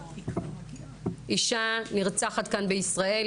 אישה נרצחת כאן בישראל,